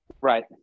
Right